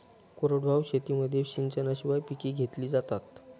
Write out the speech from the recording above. कोरडवाहू शेतीमध्ये सिंचनाशिवाय पिके घेतली जातात